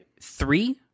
three